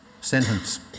sentence